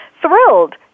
thrilled